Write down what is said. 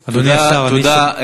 השר, תודה.